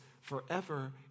forever